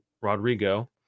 Rodrigo